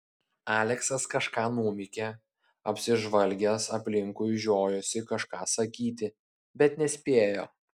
aleksas kažką numykė apsižvalgęs aplinkui žiojosi kažką sakyti bet nespėjo